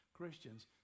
Christians